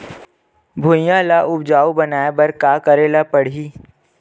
भुइयां ल उपजाऊ बनाये का करे ल पड़ही?